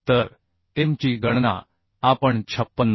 तर M ची गणना आपण 56